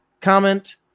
comment